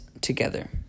together